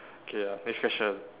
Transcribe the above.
okay ah next question